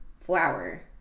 flour